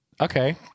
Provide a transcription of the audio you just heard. Okay